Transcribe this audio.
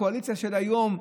הקואליציה של היום,